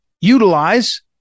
utilize